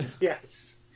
Yes